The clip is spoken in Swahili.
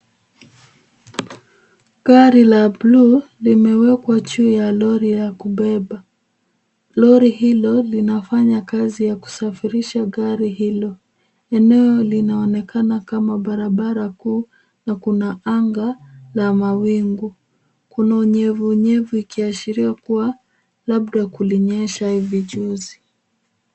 Gari la buluu limewekwa juu ya lori ya kubeba. Lori hilo linafanya kazi ya kusafirisha gari hilo. Eneo linaonekana kama barabara kuu na kuna anga la mawingu. Kuna unyevunyevu ikiashiria kuwa labda kulinyesha hivi juzi.